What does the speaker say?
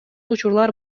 учурлар